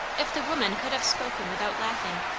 if the woman could have spoken without laughing!